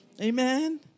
Amen